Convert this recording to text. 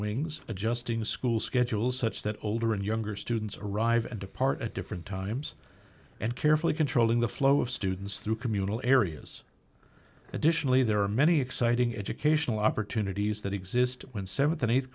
wings adjusting school schedules such that older and younger students arrive and depart at different times and carefully controlling the flow of students through communal areas additionally there are many exciting educational opportunities that exist in th and